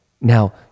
now